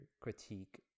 critique